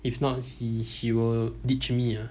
if not he she will ditch me ah